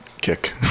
kick